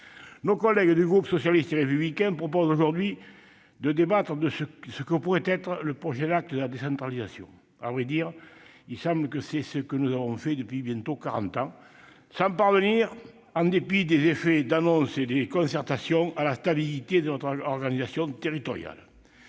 Nos collègues du groupe socialiste et républicain proposent aujourd'hui de débattre de ce que pourrait être le prochain acte de la décentralisation. À vrai dire, il semble que c'est ce que nous faisons depuis bientôt quarante ans, sans parvenir, en dépit des effets d'annonce et des concertations, à la stabilité de notre organisation territoriale.